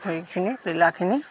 সেইখিনি লীলাখিনি